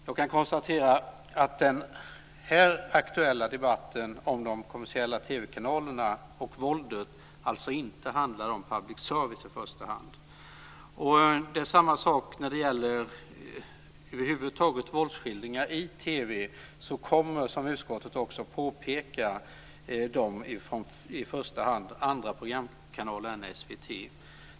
Jag kan konstatera att den aktuella debatten om de kommersiella TV-kanalerna och våldet alltså inte handlar om public service i första hand. När det gäller över huvud taget våldsskildringar i TV kommer de, som utskottet också påpekar, från i första hand andra programkanaler än SVT.